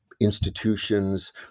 Institutions